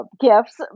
gifts